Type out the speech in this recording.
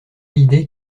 l’idée